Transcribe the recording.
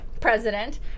President